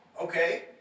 Okay